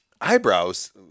eyebrows